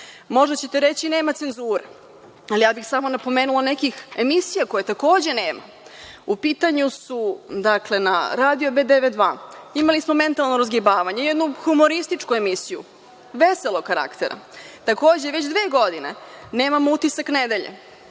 Možda ćete reći nema cenzura. Ali, ja bih samo napomenula nekih emisija koje takođe nema. Na radiju B92. Imali smo „Mentalno razgibavanje“, jednu humorističku emisiju, veselog karaktera. Takođe, već dve godine nemamo „Utisak nedelje“